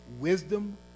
wisdom